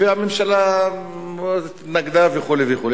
הממשלה התנגדה, וכו' וכו'.